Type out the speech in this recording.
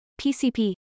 pcp